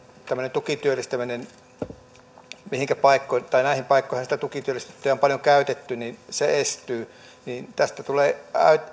tämmöinen tukityöllistäminen näihin paikkoihinhan tukityöllistettyjä on paljon käytetty estyy tästä tulee